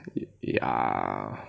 ya